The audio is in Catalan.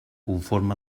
conforme